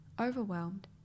overwhelmed